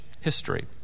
history